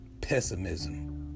pessimism